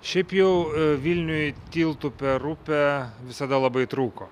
šiaip jau vilniuj tiltu per upę visada labai trūko